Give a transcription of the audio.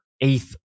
eighth